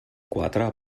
quatre